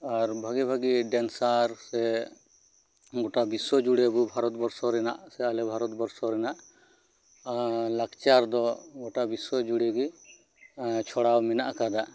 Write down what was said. ᱟᱨ ᱵᱷᱟᱜᱤ ᱵᱷᱟᱜᱤ ᱰᱮᱱᱥᱟᱨ ᱥᱮ ᱜᱚᱴᱟ ᱵᱤᱥᱥᱚ ᱡᱩᱲᱮ ᱟᱵᱚ ᱵᱷᱟᱨᱚᱛᱵᱚᱨᱥᱚ ᱨᱮᱱᱟᱜ ᱥᱮ ᱟᱞᱮ ᱵᱷᱟᱨᱚᱛᱵᱚᱨᱥᱚ ᱨᱮᱱᱟᱜ ᱞᱟᱠᱪᱟᱨ ᱫᱚ ᱜᱚᱴᱟ ᱵᱤᱥᱥᱚ ᱡᱩᱲᱮ ᱜᱮ ᱪᱷᱚᱲᱟᱣ ᱢᱮᱱᱟᱜ ᱟᱠᱟᱫᱟ